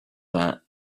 that